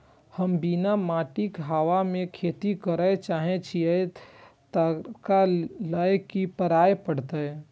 हम बिना माटिक हवा मे खेती करय चाहै छियै, तकरा लए की करय पड़तै?